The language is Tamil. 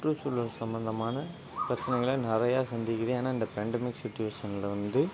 சுற்றுச்சூழல் சம்பந்தமான பிரச்சனைகளை நிறையா சந்திக்குது ஏன்னால் இந்த பேண்டமிக் சுச்சிவேஷனில் வந்து